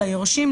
ליורשים,